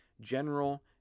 general